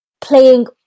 playing